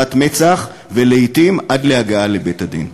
חקירת מצ"ח, ולעתים הגעה לבית-הדין.